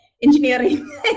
Engineering